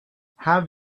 have